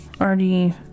already